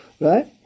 Right